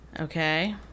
Okay